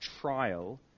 trial